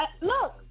Look